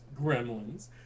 Gremlins